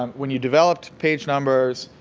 um when you developed page numbers,